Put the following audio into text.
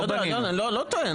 לא בנינו --- אני לא טוען,